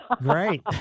great